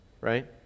right